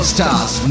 Stars